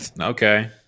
Okay